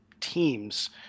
teams